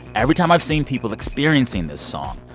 every time i've seen people experiencing this song,